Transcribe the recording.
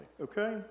okay